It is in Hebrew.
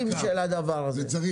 ואני מקווה שזה יצליח.